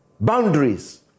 boundaries